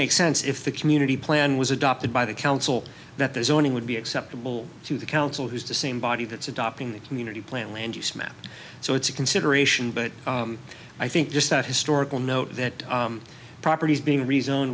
make sense if the community plan was adopted by the council that there's only would be acceptable to the council who's the same body that's adopting the community plan land use map so it's a consideration but i think just that historical note that properties being re